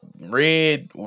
red